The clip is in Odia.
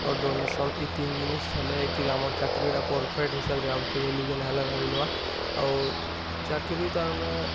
ଆଉ ଡୋନେସନ୍ ଏ ତିନ୍ ଜିନିଷ୍ ହେଲେ କିରେ ଆମର ଚାକିରୀଟା ପରଫେକ୍ଟ ହିସାବରେ ଆମକେ ମିଲ୍ବା ଆଉ ଚାକିରୀ ତାର୍ ଆମେ